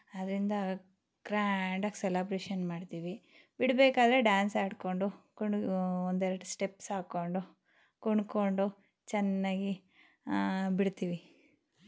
ಆದ್ದರಿಂದ ಗ್ರ್ಯಾಂಡಾಗಿ ಸೆಲಬ್ರೇಷನ್ ಮಾಡ್ತೀವಿ ಬಿಡಬೇಕಾದ್ರೆ ಡ್ಯಾನ್ಸ್ ಆಡಿಕೊಂಡು ಕುಣಿ ಒಂದೆರಡು ಸ್ಟೆಪ್ಸ್ ಹಾಕ್ಕೊಂಡು ಕುಣ್ಕೊಂಡು ಚೆನ್ನಾಗಿ ಬಿಡ್ತೀವಿ